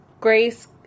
Grace